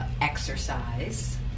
exercise